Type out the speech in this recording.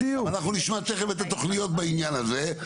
אנחנו נשמע תכף את התוכניות בעניין הזה,